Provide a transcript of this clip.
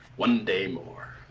one day more.